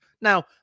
now